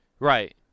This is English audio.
Right